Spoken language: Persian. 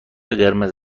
قرمز